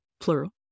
plural